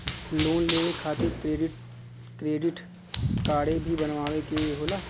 Loan लेवे खातिर credit काडे भी बनवावे के होला?